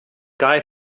guy